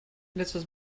letztes